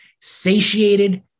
satiated